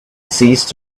ceased